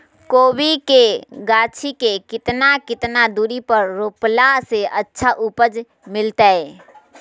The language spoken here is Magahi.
कोबी के गाछी के कितना कितना दूरी पर रोपला से अच्छा उपज मिलतैय?